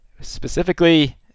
specifically